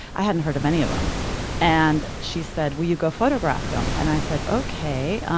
i hadn't heard of any of them and she said, will you go photograph them? and i said, ok.